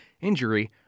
injury